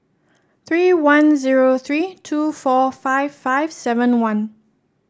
three one zero three two four five five seven one